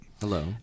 Hello